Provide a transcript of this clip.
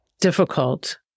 difficult